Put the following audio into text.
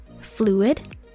Fluid